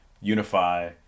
unify